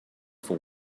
for